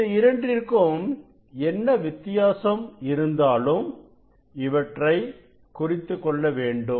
இந்த இரண்டிற்கும் என்ன வித்தியாசம் இருந்தாலும் இவற்றை குறித்துக்கொள்ள வேண்டும்